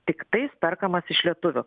tiktais perkamas iš lietuvių